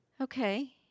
Okay